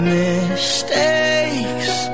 mistakes